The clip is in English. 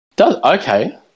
Okay